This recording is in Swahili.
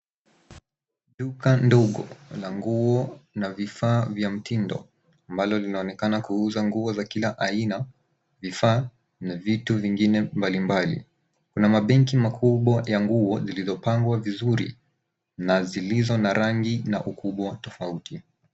Duka ndogo la nguo na vifaa vya mtindo ambalo linaonekana kuuza nguo za kila aina, vifaa na vitu vingine mbalimbali. Kuna mabenki makubwa ya nguo zilizopangwa vizuri na zilizo na rangi na ukubwa tofauti.